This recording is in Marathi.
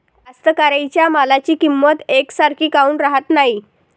कास्तकाराइच्या मालाची किंमत यकसारखी काऊन राहत नाई?